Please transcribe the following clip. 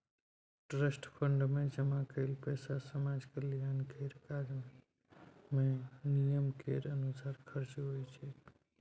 trust fund मे जमा कएल पैसा समाज कल्याण केर काज मे नियम केर अनुसार खर्च होइ छै